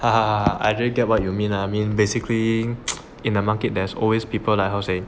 ah I get what you mean ah basically in the market there's always people like how to say